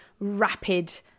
rapid